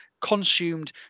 consumed